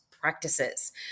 practices